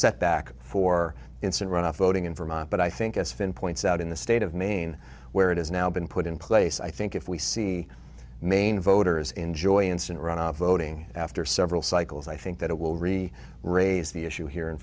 setback for instant runoff voting in vermont but i think as finn points out in the state of maine where it is now been put in place i think if we see maine voters enjoy instant runoff voting after several cycles i think that it will really raise the issue here in